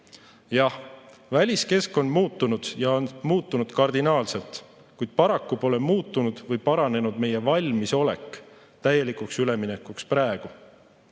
Jah, väliskeskkond on muutunud ja on muutunud kardinaalselt, kuid paraku pole muutunud või paranenud meie valmisolek täielikuks üleminekuks praegu.